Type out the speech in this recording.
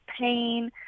pain